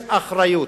יש אחריות.